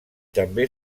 també